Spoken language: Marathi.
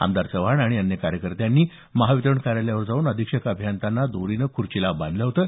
आमदार चव्हाण आणि अन्य कार्यकर्त्यांनी महावितरण कार्यालयावर जाऊन अधीक्षक अभियंत्यांना दोरीनं खुर्चीला बांधलं होतं